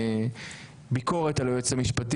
נציג רע"מ זה מנסור עבאס.